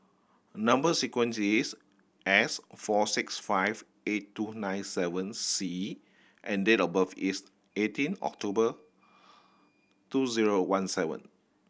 number sequence is S four six five eight two nine seven C and date of birth is eighteen October two zero one seven